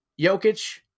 Jokic